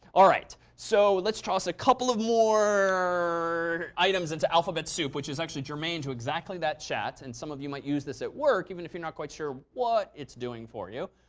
all right. so let's toss a couple of more items into alphabet soup. which is actually germane to exactly that chat. and some of you might use this at work, even if you're not quite sure what it's doing for you.